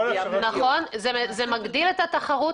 נכון, זה מגדיל את התחרות.